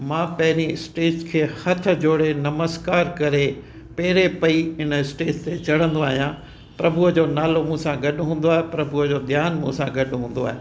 मां पहिरीं स्टेज खे हथ जोड़े नमस्कारु करे पेरे पई हिन स्टेज ते चढ़दो आहियां प्रभूअ जो नालो मुसां गॾु हूंदो आहे प्रभूअ जो ध्यानु मुसां गॾ हूंदो आहे